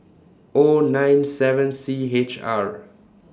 O nine seven C H R